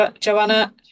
Joanna